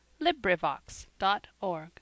LibriVox.org